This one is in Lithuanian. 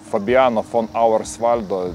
fabijano fon auersvaldo